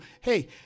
hey